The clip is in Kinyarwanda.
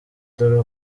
dore